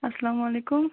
اَلسَلامُ علیکُم